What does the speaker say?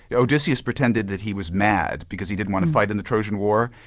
odysseus pretended that he was mad because he didn't want to fight in the trojan war,